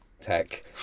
tech